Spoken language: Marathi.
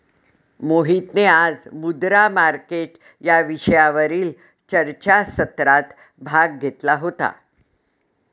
मोहितने आज मुद्रा मार्केट या विषयावरील चर्चासत्रात भाग घेतला होता